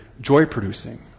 joy-producing